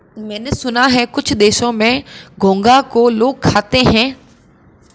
मैंने सुना है कुछ देशों में घोंघा को लोग खाते हैं